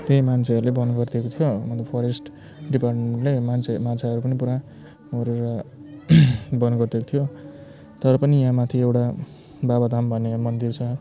त्यही मान्छेहरूले बन्द गरिदिएको थियो मतलब फरेस्ट डिपार्टमेन्टले मान्छे माछाहरू पनि पुरा मारेर बन्द गरिदिएको थियो तर पनि यहाँ माथि एउटा बाबा धाम भन्ने यहाँ मन्दिर छ